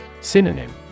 Synonym